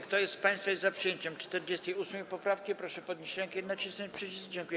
Kto z państwa jest za przyjęciem 48. poprawki, proszę podnieść rękę i nacisnąć przycisk.